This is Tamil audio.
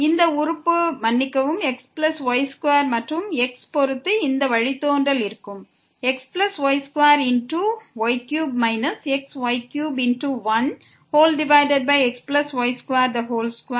இந்த உறுப்பு மன்னிக்கவும் xy2 மற்றும் x பொறுத்து இந்த வழித்தோன்றல் இவ்வாறு இருக்கும்